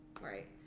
right